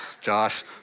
Josh